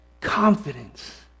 confidence